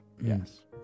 yes